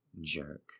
Jerk